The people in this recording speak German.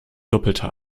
doppelter